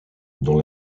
dans